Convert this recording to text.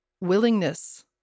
Willingness